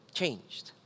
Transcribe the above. changed